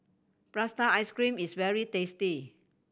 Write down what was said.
prata ice cream is very tasty